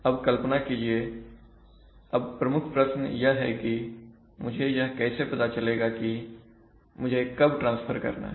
अब कल्पना कीजिए अब प्रमुख प्रश्न यह है कि मुझे यह कैसे पता चलेगा कि मुझे कब ट्रांसफर करना है